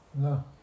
No